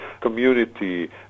community